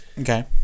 Okay